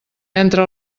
entre